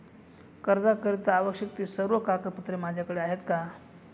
कर्जाकरीता आवश्यक ति सर्व कागदपत्रे माझ्याकडे आहेत का?